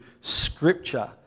scripture